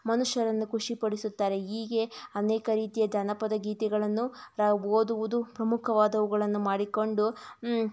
ಮನುಷ್ಯರನ್ನು ಖುಷಿಪಡಿಸುತ್ತಾರೆ ಹೀಗೆ ಅನೇಕ ರೀತಿಯ ಜನಪದ ಗೀತೆಗಳನ್ನು ರ ಓದುವುದು ಪ್ರಮುಖವಾದವುಗಳನ್ನು ಮಾಡಿಕೊಂಡು